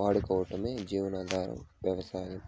వాడుకోవటమే జీవనాధార వ్యవసాయం